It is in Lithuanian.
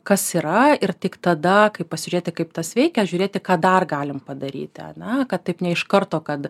kas yra ir tik tada kai pasižiūrėti kaip tas veikia žiūrėti ką dar galim padaryti ane kad taip ne iš karto kad